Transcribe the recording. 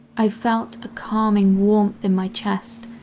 i felt a calming warmth in my chest,